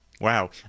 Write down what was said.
wow